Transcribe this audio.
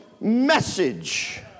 message